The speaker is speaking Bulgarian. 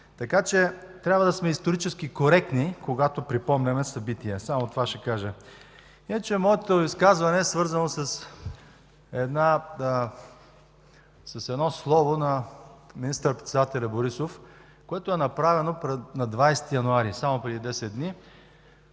Така че трябва да сме исторически коректни, когато припомняме събития. Само това ще кажа. Моето изказване е свързано с едно слово на министър-председателят Борисов, което е направено на 20 януари – само преди 10 дни,